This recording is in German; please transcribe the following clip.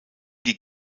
die